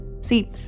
See